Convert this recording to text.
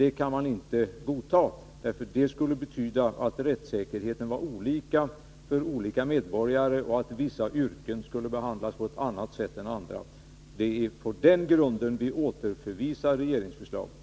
Det kan man inte godta, för det skulle betyda att rättssäkerheten bleve olika för olika medborgare och att vissa yrkesutövare skulle behandlas på ett annat sätt än andra. Det är på den grunden vi återförvisar regeringsförslaget.